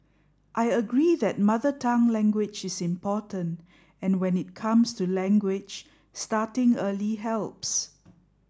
I agree that Mother Tongue language is important and when it comes to language starting early helps